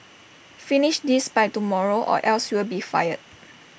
finish this by tomorrow or else you'll be fired